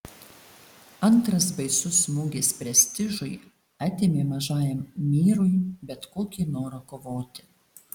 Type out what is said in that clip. antras baisus smūgis prestižui atėmė mažajam myrui bet kokį norą kovoti